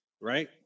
right